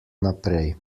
naprej